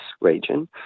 region